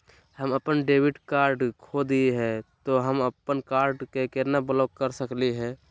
हम अपन debit card खो दे ही, त हम अप्पन कार्ड के केना ब्लॉक कर सकली हे?